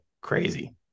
crazy